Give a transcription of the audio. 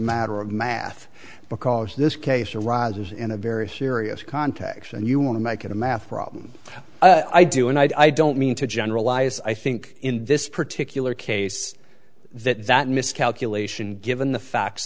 matter of math because this case arises in a very serious context and you want to make it a math problem i do and i don't mean to generalize i think in this particular case that that miscalculation given the fact